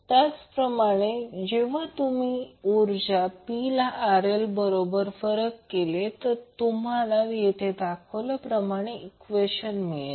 त्याचप्रमाणे जेव्हा तुम्ही ऊर्जा P ला RL बरोबर फरक केलेत तुम्हाला येथे दाखवल्याप्रमाणे ईक्वेशनमधे मिळेल